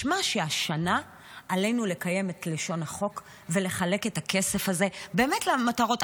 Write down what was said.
משמע שהשנה עלינו לקיים את לשון החוק ולחלק את הכסף הזה באמת למטרות.